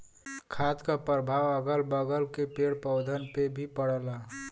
खाद क परभाव अगल बगल के पेड़ पौधन पे भी पड़ला